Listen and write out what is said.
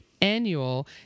Annual